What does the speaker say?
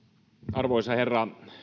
arvoisa herra